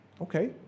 okay